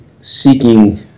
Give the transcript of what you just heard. seeking